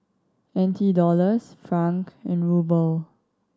N T Dollars franc and Ruble